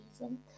reason